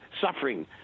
suffering